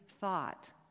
thought